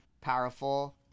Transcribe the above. powerful